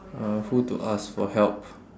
uh who to ask for help